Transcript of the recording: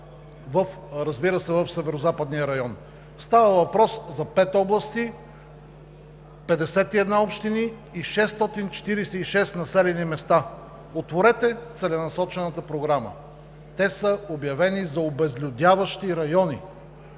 разбира се, в Северозападния район. Става въпрос за пет области, 51 общини и 646 населени места – отворете Целенасочената програма. Те са обявени за обезлюдяващи райони.